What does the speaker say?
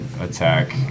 attack